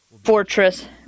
Fortress